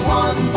one